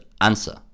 answer